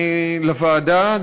לוועדה,